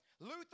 Luther